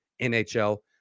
NHL